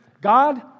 God